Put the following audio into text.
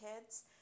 kids